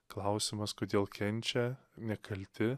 klausimas kodėl kenčia nekalti